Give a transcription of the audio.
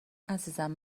عزیزم